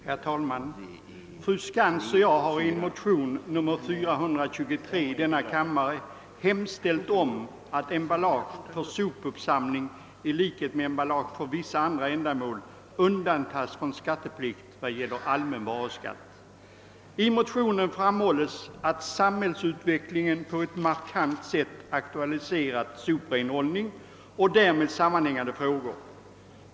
Herr talman! Fru Skantz och jag har i motion nr 1I:423 hemställt om att emballage för sopuppsamling i likhet med emballage för vissa andra ändamål skall undantas från skatteplikt när det gäller allmän varuskatt. I motionen framhålles att samhällsutvecklingen på ett markant sätt aktualiserat frågan om renhållning och därmed sammanhängande spörsmål.